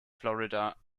florida